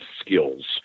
skills